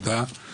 תודה.